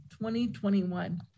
2021